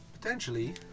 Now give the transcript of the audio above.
Potentially